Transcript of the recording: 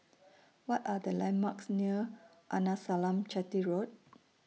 What Are The landmarks near Arnasalam Chetty Road